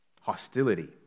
Hostility